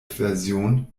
version